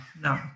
no